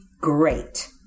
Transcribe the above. great